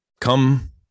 come